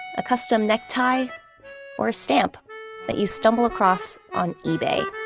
a custom necktie or a stamp that you stumble across on ebay